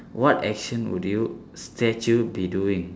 what action would your statue be doing